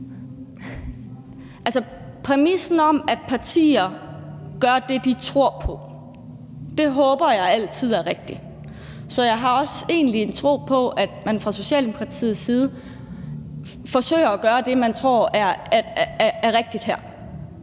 præmissen om, at partier gør det, de tror på, håber jeg altid er rigtig. Så jeg har egentlig også en tro på, at man fra Socialdemokratiets side forsøger at gøre det, man her tror er rigtigt.